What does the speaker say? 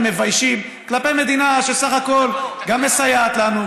מביישים כלפי מדינה שסך הכול גם מסייעת לנו,